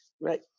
right